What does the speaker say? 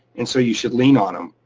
and so you should lean on them.